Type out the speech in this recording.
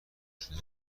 شدن